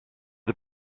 the